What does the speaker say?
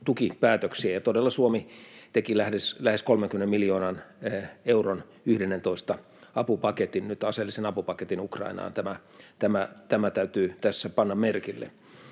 tukipäätöksiä. Ja todella Suomi teki lähes 30 miljoonan euron 11. apupaketin, nyt aseellisen apupaketin, Ukrainaan. Tämä täytyy tässä panna merkille.